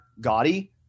gaudy